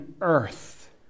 earth